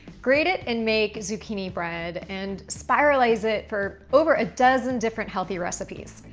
grate it and make zucchini bread, and spiralize it for over a dozen different healthy recipes.